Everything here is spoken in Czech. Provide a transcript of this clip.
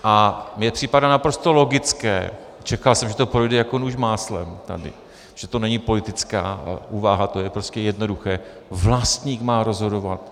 A mně připadá naprosto logické čekal jsem, že to projde jako nůž máslem tady, protože to není politická úvaha, to je prostě jednoduché, vlastník má rozhodovat.